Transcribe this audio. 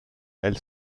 elle